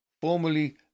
formerly